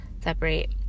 separate